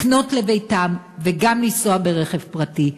לקנות לביתם וגם לנסוע ברכב פרטי.